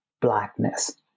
Blackness